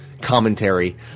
commentary